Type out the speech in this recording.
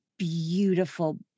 beautiful